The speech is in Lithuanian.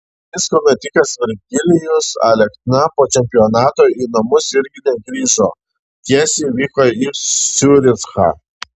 disko metikas virgilijus alekna po čempionato į namus irgi negrįžo tiesiai vyko į ciurichą